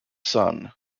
sun